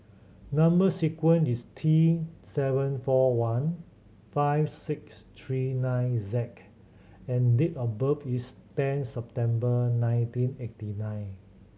number sequence is T seven four one five six three nine Z and date of birth is ten September nineteen eighty nine